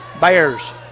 Bears